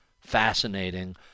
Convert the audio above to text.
fascinating